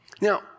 Now